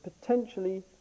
potentially